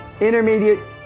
intermediate